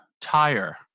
tire